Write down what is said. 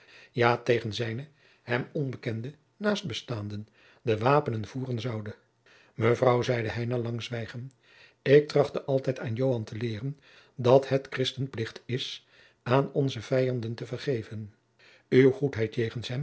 ja tegen zijne hem onbekende naastbestaanden de wapenen voeren zoude mevrouw zeide hij na lang zwijgen ik trachtte altijd aan joan te leeren dat het christenplicht is aan onze vijanden te vergeven uw goedheid jegens